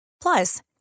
Plus